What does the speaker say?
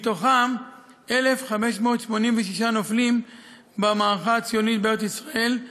מתוכם 1,586 נופלים במערכה הציונית בארץ-ישראל,